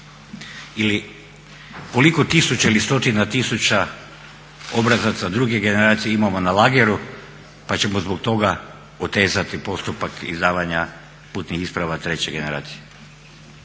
ili koliko tisuća ili stotina tisuća obrazaca druge generacije imamo na lageru pa ćemo zbog toga otezati postupak izdavanja putnih isprava treće generacije.